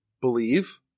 believe